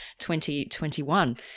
2021